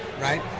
right